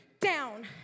down